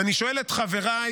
ואני שואל את חבריי: